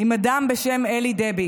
עם אדם בשם אלי דבי,